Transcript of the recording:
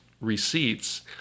receipts